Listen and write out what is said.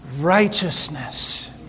Righteousness